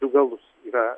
du galus yra